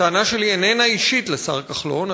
הטענה שלי איננה אישית לשר כחלון,